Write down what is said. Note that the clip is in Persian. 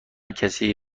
کسی